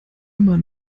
immer